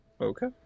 Okay